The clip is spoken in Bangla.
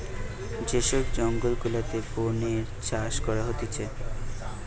যে সব জঙ্গল গুলাতে বোনে চাষ করা হতিছে